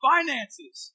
Finances